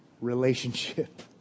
relationship